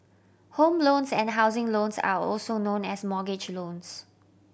home loans and housing loans are also known as mortgage loans